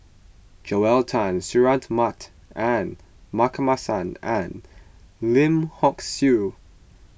Joel Tan Suratman and Markasan and Lim Hock Siew